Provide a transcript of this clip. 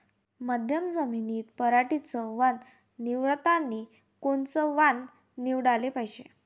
मध्यम जमीनीत पराटीचं वान निवडतानी कोनचं वान निवडाले पायजे?